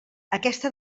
aquesta